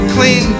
Clean